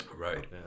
right